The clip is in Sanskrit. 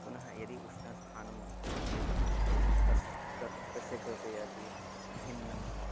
पुनः यदि उष्णस्थानम् अस्ति चेत् तस्य तत् तस्य कृते अपि भिन्नम्